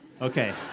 okay